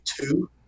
two